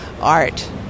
art